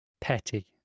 petty